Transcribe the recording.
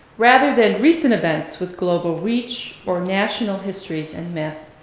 rather than recent events with global reach or national histories and myth,